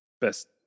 Best